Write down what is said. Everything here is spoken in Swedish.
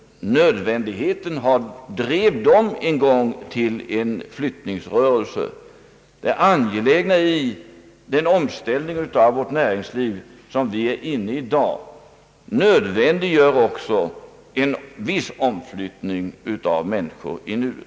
Nödvändigheten drev dem en gång till en flyttningsrörelse. Det angelägna i den omställning av vårt näringsliv som för närvarande pågår nödvändiggör också en viss omflyttning av människor i nuet.